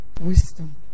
wisdom